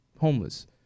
homeless